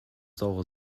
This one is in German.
saure